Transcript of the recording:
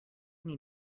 need